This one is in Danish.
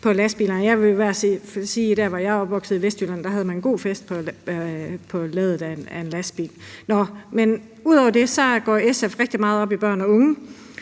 hvert fald sige, at der, hvor jeg er opvokset i Vestjylland, havde man god fest på ladet af en lastbil. Ud over det går SF rigtig meget op i børn og unge